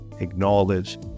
Acknowledge